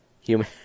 human